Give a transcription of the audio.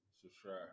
subscribe